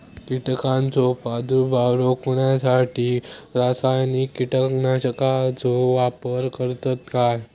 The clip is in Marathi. कीटकांचो प्रादुर्भाव रोखण्यासाठी रासायनिक कीटकनाशकाचो वापर करतत काय?